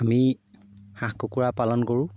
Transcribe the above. আমি হাঁহ কুকুৰা পালন কৰোঁ